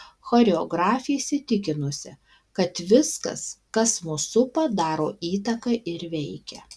choreografė įsitikinusi kad viskas kas mus supa daro įtaką ir veikia